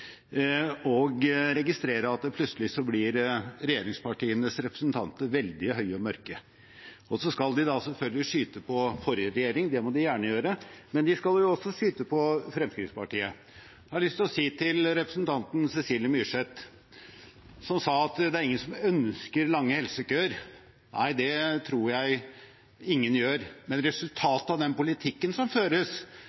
at plutselig blir regjeringspartienes representanter veldig høye og mørke. Så skal de da selvfølgelig skyte på forrige regjering – det må de gjerne gjøre – men de skal jo også skyte på Fremskrittspartiet. Da har jeg lyst til å si til representanten Cecilie Myrseth, som sa at det er ingen som ønsker lange helsekøer, at nei, det tror jeg ingen gjør. Men